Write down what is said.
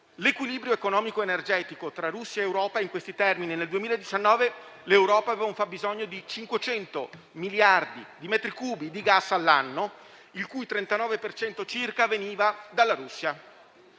L'equilibrio economico-energetico tra Russia ed Europa è in questi termini: nel 2019 l'Europa aveva un fabbisogno di 500 miliardi di metri cubi di gas all'anno, il cui 39 per cento circa veniva dalla Russia.